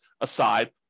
aside